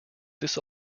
this